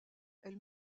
elle